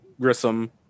Grissom